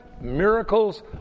miracles